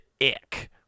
ick